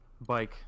bike